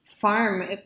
farm